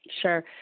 sure